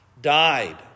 Died